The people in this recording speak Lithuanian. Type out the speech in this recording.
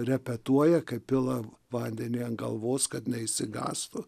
repetuoja kai pila vandenį ant galvos kad neišsigąstų